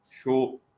show